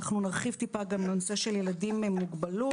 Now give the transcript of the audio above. אנחנו נרחיב טיפה גם על הנושא של ילדים עם מוגבלות.